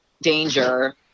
danger